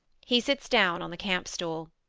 he sits down on the campstool.